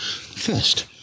First